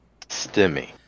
Stimmy